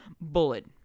bullet